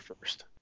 first